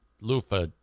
loofah